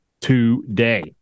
today